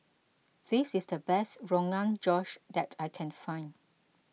this is the best Rogan Josh that I can find